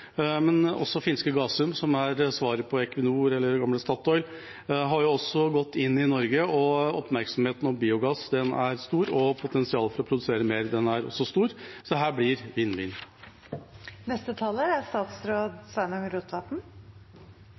Finske Gasum, som er svaret på Equinor, eller gamle Statoil, har også gått inn i Norge. Oppmerksomheten om biogass er stor, og potensialet for å produsere mer er også stort, så dette blir vinn-vinn. I lågutsleppssamfunnet skal vi utnytte resursane best mogleg. Å produsere biogass frå restar og avfall er